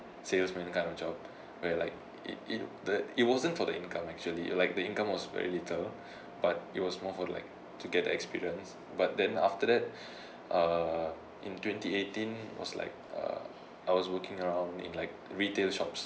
sales well that kind of job where like it it the it wasn't for the income actually like the income was very little but it was more for like to get the experience but then after that uh in twenty eighteen was like uh I was working around in like retail shops